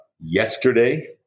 Yesterday